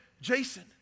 Jason